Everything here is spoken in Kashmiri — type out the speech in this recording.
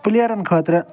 پٕلیَرَن خٲطرٕ